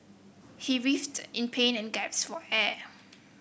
he writhed in pain and gasped for air